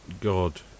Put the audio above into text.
God